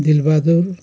Dilbahadur